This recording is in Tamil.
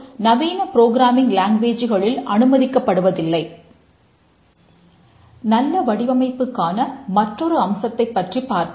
நல்ல வடிவமைப்புக்கான மற்றுமொரு அம்சத்தைப் பற்றி பார்ப்போம்